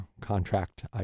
contract